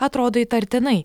atrodo įtartinai